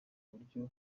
buryo